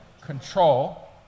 control